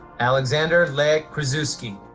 alexander lech krasuski.